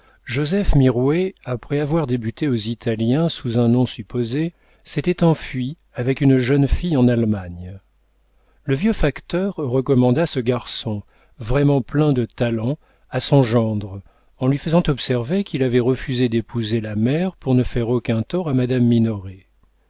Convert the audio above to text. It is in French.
joseph mirouët après avoir débuté aux italiens sous un nom supposé s'était enfui avec une jeune fille en allemagne le vieux facteur recommanda ce garçon vraiment plein de talent à son gendre en lui faisant observer qu'il avait refusé d'épouser la mère pour ne faire aucun tort à madame